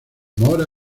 mora